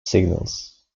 signals